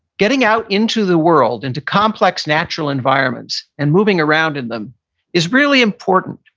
getting out into the world, into complex natural environments and moving around in them is really important.